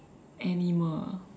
animal ah